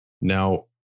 now